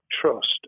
trust